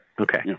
Okay